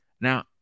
now